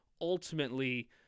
ultimately